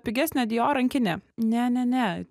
pigesnė dior rankinė ne ne ne